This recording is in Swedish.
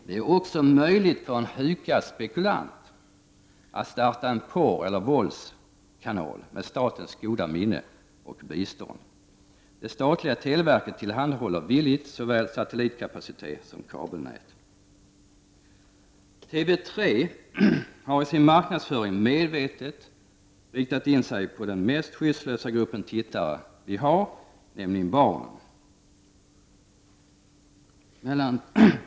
Det är också möjligt för en hugad spekulant att starta en porroch våldskanal med statens goda minne och bistånd. Det statliga televerket tillhandahåller villigt såväl satellitkapacitet som kabelnät.